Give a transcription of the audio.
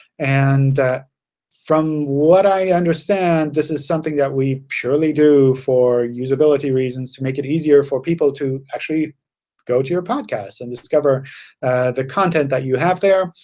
and from what i understand, this is something that we purely do for usability reasons, to make it easier for people to actually go to your podcast and discover the content that you have there.